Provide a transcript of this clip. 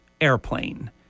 airplane